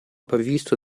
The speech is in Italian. previsto